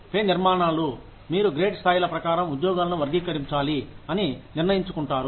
pay నిర్మాణాలు మీరు grade స్థాయిల ప్రకారం ఉద్యోగాలను వర్గీకరించాలి అని నిర్ణయించుకుంటారు